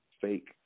fake